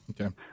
okay